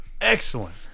excellent